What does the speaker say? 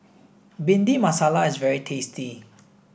Bhindi Masala is very tasty